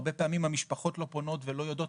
הרבה פעמים המשפחות לא יודעות ולא פונות,